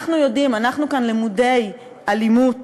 אנחנו יודעים, אנחנו כאן למודי אלימות,